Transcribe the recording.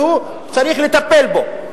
וצריך לטפל בו.